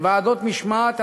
לוועדות משמעת,